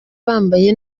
bambaye